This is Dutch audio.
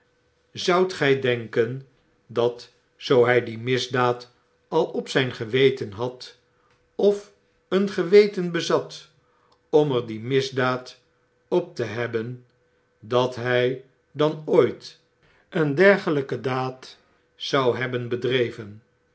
zoudt gg denken dat zoo hy die misdaad al op zjjn geweten had of een geweten bezat om er die misdaad op te hebben dat hjj dan ooit een dergelyke daad zou hebben bedreven